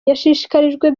yashyikirijwe